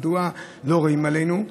מדוע לא רואים עלינו.